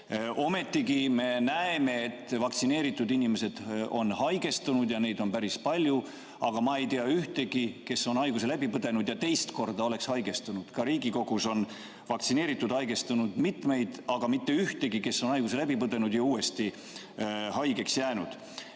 Ometigi me näeme, et vaktsineeritud inimesed on haigestunud, ja neid on päris palju. Aga ma ei tea kedagi, kes on haiguse läbi põdenud ja teist korda haigestunud. Ka Riigikogus on mitmeid vaktsineerituid, kes on haigestunud, aga mitte ühtegi, kes on haiguse läbi põdenud ja uuesti haigeks jäänud.